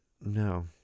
No